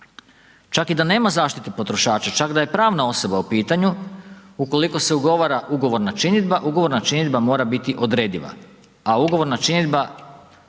čak i da nema zaštite potrošača, čak da je pravna osoba u pitanju, ukoliko se ugovara ugovorna činidba, ugovorna činidba mora biti odrediva, a ugovorna činidba